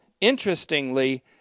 interestingly